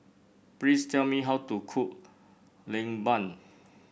please tell me how to cook lemang